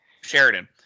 Sheridan